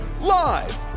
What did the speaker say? live